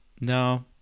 no